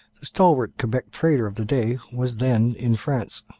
the stalwart quebec trader of the day, was then in france.